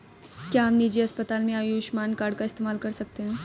क्या हम निजी अस्पताल में आयुष्मान कार्ड का इस्तेमाल कर सकते हैं?